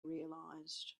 realized